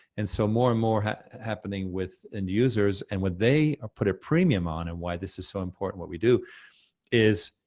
and so more and more happening with end users, and when they are put a premium on, and why this is so important what we do is,